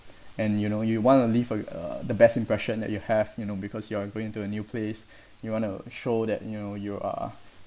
and you know you want to leave for you uh the best impression that you have you know because you are going to a new place you want to show that you know you are